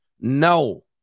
No